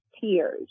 tears